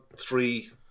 three